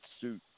suit